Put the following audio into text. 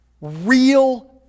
real